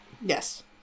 Yes